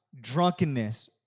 drunkenness